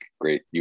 great